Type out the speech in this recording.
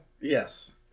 Yes